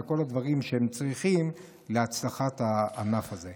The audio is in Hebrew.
בכל הדברים שהם צריכים להצלחת הענף הזה.